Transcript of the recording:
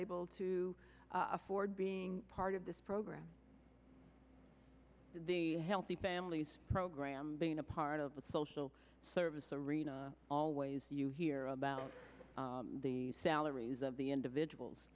able to afford being part of this program the healthy families program being a part of the social service arena always you hear about the salaries of the individuals